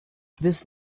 this